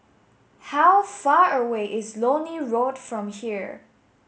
how far away is Lornie Road from here